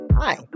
Hi